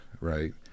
right